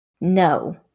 no